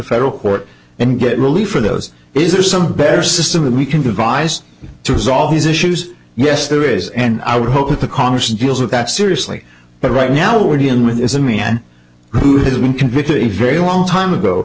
federal court and get relief for those is there some better system that we can devise to resolve these issues yes there is and i would hope that the congress deals with that seriously but right now we're dealing with is a man who has been convicted of a very long time ago